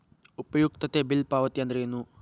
ಉಪಯುಕ್ತತೆ ಬಿಲ್ ಪಾವತಿ ಅಂದ್ರೇನು?